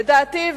לדעתי,